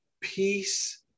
peace